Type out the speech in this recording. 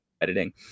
editing